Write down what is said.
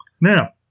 Now